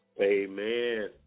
Amen